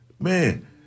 Man